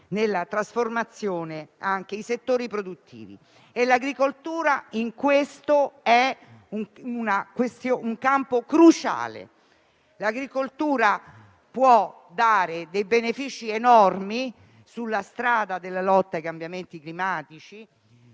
nella trasformazione i settori produttivi. In questo, l'agricoltura è un campo cruciale. L'agricoltura può dare benefici enormi sulla strada della lotta ai cambiamenti climatici,